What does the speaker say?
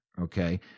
okay